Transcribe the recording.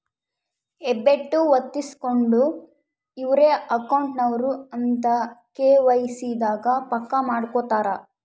ಹೆಬ್ಬೆಟ್ಟು ಹೊತ್ತಿಸ್ಕೆಂಡು ಇವ್ರೆ ಅಕೌಂಟ್ ನವರು ಅಂತ ಕೆ.ವೈ.ಸಿ ದಾಗ ಪಕ್ಕ ಮಾಡ್ಕೊತರ